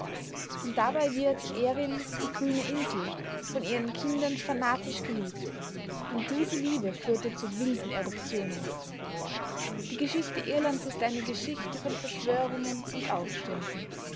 und dabei wird erin die grüne insel von ihren kindern fanatisch geliebt und diese liebe führte zu wilden eruptionen die geschichte irlands ist eine geschichte von verschwörungen und aufständen